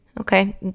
okay